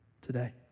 today